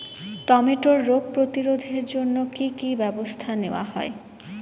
টমেটোর রোগ প্রতিরোধে জন্য কি কী ব্যবস্থা নেওয়া হয়?